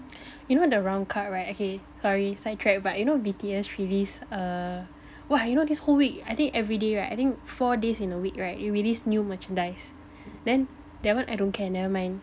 you know the round card right okay sorry side track but you know B_T_S released err !wah! you know this whole week I think everyday right I think four days in a week right it released new merchandise then that one I don't care never mind